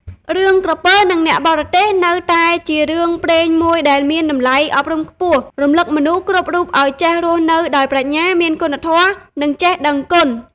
រឿង "ក្រពើនឹងអ្នកបរទេះ" នៅតែជារឿងព្រេងមួយដែលមានតម្លៃអប់រំខ្ពស់ រំឭកមនុស្សគ្រប់រូបឲ្យចេះរស់នៅដោយប្រាជ្ញា មានគុណធម៌ និងចេះដឹងគុណ។